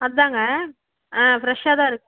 அதுதாங்க ஆ ஃப்ரெஷ்ஷாக தான் இருக்குது